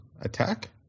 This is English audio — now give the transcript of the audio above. attack